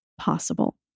possible